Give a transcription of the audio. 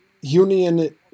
Union